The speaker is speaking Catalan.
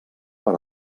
per